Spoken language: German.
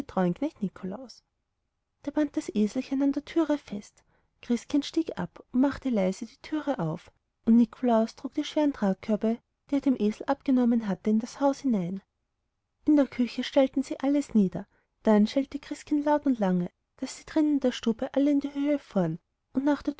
nikolaus der band das eselchen an die türe fest christkind stieg ab machte leise die türe auf und nikolaus trug die schweren tragkörbe die er dem esel abgenommen in das haus hinein in der küche stellten sie alles nieder dann schellte christkind laut und lange daß sie drinnen in der stube alle in die höhe fuhren und nach der